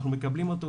אנחנו מקבלים אותו,